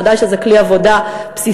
ודאי שזה כלי עבודה בסיסי.